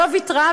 לא ויתרה,